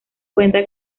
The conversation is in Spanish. cuenta